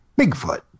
Bigfoot